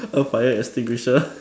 a fire extinguisher